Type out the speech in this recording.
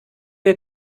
wir